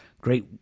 great